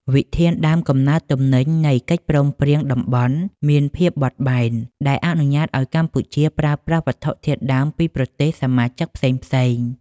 វិធានដើមកំណើតទំនិញនៃកិច្ចព្រមព្រៀងតំបន់មានភាពបត់បែន ដែលអនុញ្ញាតឱ្យកម្ពុជាប្រើប្រាស់វត្ថុធាតុដើមពីប្រទេសសមាជិកផ្សេងៗ។